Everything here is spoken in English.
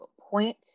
point